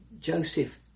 Joseph